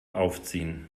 aufziehen